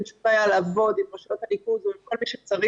אין שום בעיה לעבוד עם רשויות הניקוז ועם כל מי שצריך,